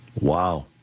Wow